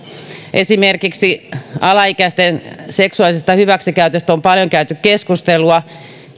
esimerkiksi alaikäisten seksuaalisesta hyväksikäytöstä on paljon käyty keskustelua